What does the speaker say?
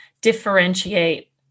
differentiate